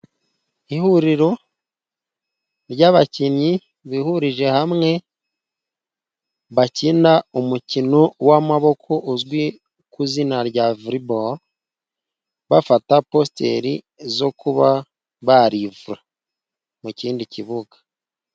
Ihuriro ry'abakinnyi bihurije hamwe, bakina umukino w'amaboko, uzwi ku izina rya voreboro, bafata positeri zo kuba barivura mu kindi kibuga.